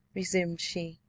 resumed she.